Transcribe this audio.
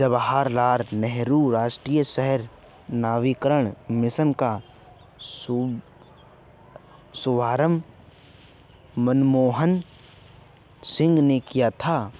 जवाहर लाल नेहरू राष्ट्रीय शहरी नवीकरण मिशन का शुभारम्भ मनमोहन सिंह ने किया था